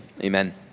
Amen